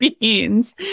beans